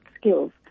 skills